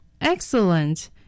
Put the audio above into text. Excellent